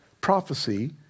Prophecy